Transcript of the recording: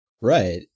Right